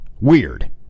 weird